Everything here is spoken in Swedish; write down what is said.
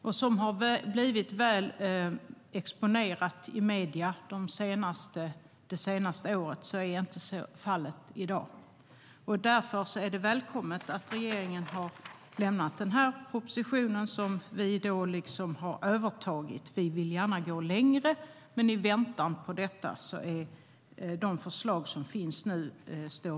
Men som har blivit väl exponerat i medierna det senaste året är så inte fallet i dag. Därför är det välkommet att regeringen har lämnat denna proposition som vi har övertagit. Vi vill gärna gå längre, men i väntan på det står vi bakom de förslag som nu finns.